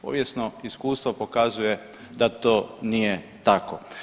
Povijesno iskustvo pokazuje da to nije tako.